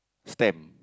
stamp